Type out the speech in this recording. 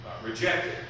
rejected